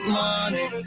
money